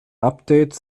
update